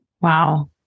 Wow